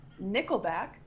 Nickelback